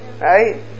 right